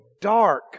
dark